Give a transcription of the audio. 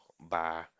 bye